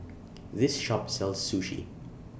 This Shop sells Sushi